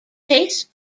chase